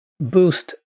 Boost